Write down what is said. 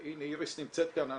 הנה איריס נמצאת כאן,